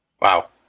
Wow